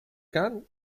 khan